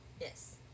Yes